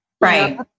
Right